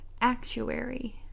Actuary